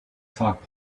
talk